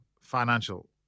financial